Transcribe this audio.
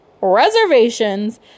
reservations